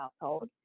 household